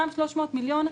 אותם 300 מיליון,